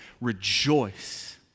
rejoice